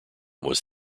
was